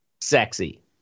sexy